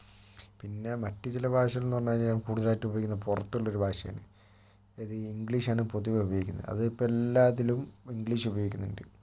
പിന്നെ മറ്റ് ചില ഭാഷകൾ എന്ന് പറഞ്ഞ് കഴിഞ്ഞാൽ കൂടുതലായിട്ടും ഉപയോഗിക്കുന്നത് പുറത്തുള്ളൊരു ഭാഷയാണ് അത് ഇംഗ്ലീഷ് ആണ് പൊതുവെ ഉപയോഗിക്കുന്നത് അത് ഇപ്പൊ എല്ലാത്തിലും ഇംഗ്ലീഷ് ഉപയോഗിക്കുന്നുണ്ട്